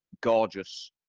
gorgeous